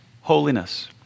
holiness